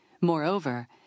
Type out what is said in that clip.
Moreover